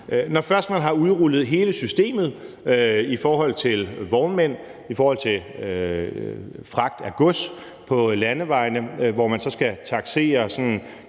Når først man har udrullet hele systemet i forhold til vognmænd, i forhold til fragt af gods på landevejene, hvor man så skal taksere